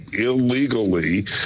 illegally